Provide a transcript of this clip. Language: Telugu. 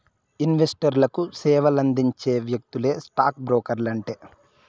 ఇన్వెస్టర్లకు సేవలందించే వ్యక్తులే స్టాక్ బ్రోకర్లంటే